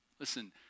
Listen